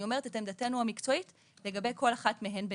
אני אומרת את עמדתנו המקצועית לגבי כל אחת מהן בנפרד.